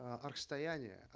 archstoyanie. yeah